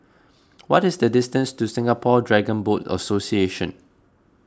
what is the distance to Singapore Dragon Boat Association